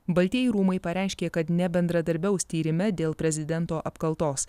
baltieji rūmai pareiškė kad nebendradarbiaus tyrime dėl prezidento apkaltos